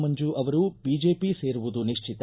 ಮಂಜು ಅವರು ಬಿಜೆಪಿ ಸೇರುವುದು ನಿಶ್ಚಿತ